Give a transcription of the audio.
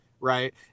right